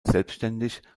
selbstständig